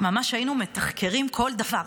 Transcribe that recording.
ממש היינו מתחקרים כל דבר,